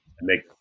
make